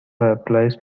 applies